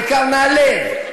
בעיקר מהלב,